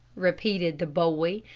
repeated the boy.